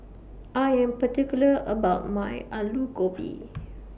I Am particular about My Alu Gobi